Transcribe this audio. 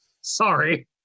Sorry